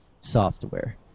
software